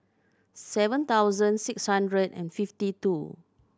seven thousand six hundred and fifty two